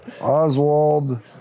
Oswald